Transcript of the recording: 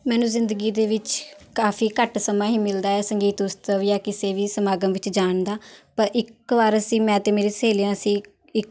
ਮੈਨੂੰ ਜ਼ਿੰਦਗੀ ਦੇ ਵਿੱਚ ਕਾਫ਼ੀ ਘੱਟ ਸਮਾਂ ਹੀ ਮਿਲਦਾ ਹੈ ਸੰਗੀਤ ਉਤਸਵ ਜਾਂ ਕਿਸੇ ਵੀ ਸਮਾਗਮ ਵਿੱਚ ਜਾਣ ਦਾ ਪਰ ਇੱਕ ਵਾਰ ਅਸੀਂ ਮੈਂ ਅਤੇ ਮੇਰੀਆਂ ਸਹੇਲੀਆਂ ਅਸੀਂ ਇੱਕ